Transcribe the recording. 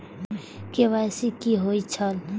KYC कि होई छल?